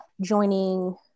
joining